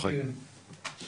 כן